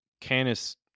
Canis